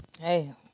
Hey